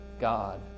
God